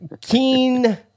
Keen